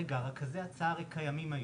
רגע, הרי, רכזי הצעה קיימים היום.